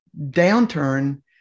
downturn